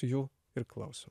jų ir klausom